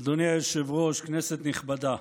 אדוני היושב-ראש, כנסת נכבדה,